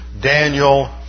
Daniel